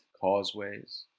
causeways